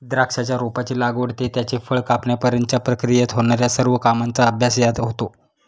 द्राक्षाच्या रोपाची लागवड ते त्याचे फळ कापण्यापर्यंतच्या प्रक्रियेत होणार्या सर्व कामांचा अभ्यास यात होतो